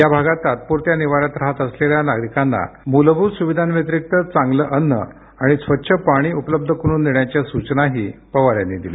या भागात तात्पुरत्या निवाऱ्यात राहत असलेल्या नागरीकांना मूलभूत सुविधांव्यतिरिक्त चांगलं अन्न आणि स्वच्छ पाणी उपलब्ध करून देण्याच्या सूचनाही पवार यांनी यावेळी दिल्या